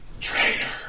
Traitor